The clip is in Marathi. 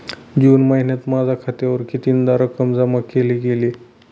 जून महिन्यात माझ्या खात्यावर कितीदा रक्कम जमा केली गेली?